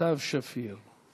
סתיו שפיר.